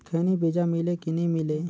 खैनी बिजा मिले कि नी मिले?